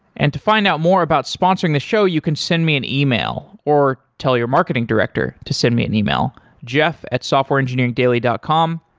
and to find out more about sponsoring the show, you can send me an email or tell your marketing director to send me an email, jeff at softwareengineeringdaily dot com